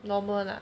normal lah